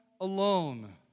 alone